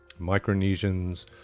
Micronesians